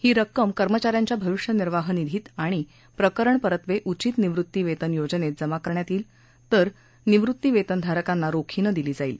ही रक्कम कर्मचाऱ्यांच्या भविष्य निर्वाह निधीत आणि प्रकरणपरत्वे उचित निवृत्तीवेतन योजनेत जमा करण्यात येईल तर निवृत्तीवेतनधारकांना रोखीनं दिली जाईल